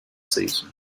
season